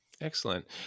Excellent